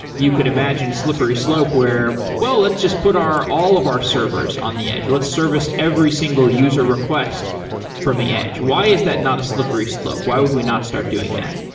you could imagine slippery slope where, well, let's just put all of our servers on the edge. let's service every single user request from the edge. why is that not a slippery slope? why would we not start doing that?